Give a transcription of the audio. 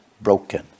broken